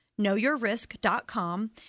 KnowYourRisk.com